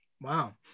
Wow